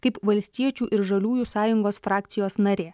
kaip valstiečių ir žaliųjų sąjungos frakcijos narė